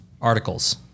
articles